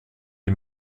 est